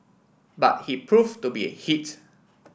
but he proved to be a hit